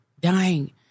dying